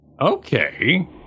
Okay